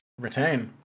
Retain